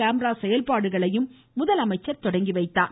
camera செயல்பாடுகளையும் அவர் தொடங்கி வைத்தார்